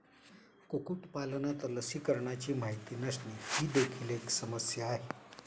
कुक्कुटपालनात लसीकरणाची माहिती नसणे ही देखील एक समस्या आहे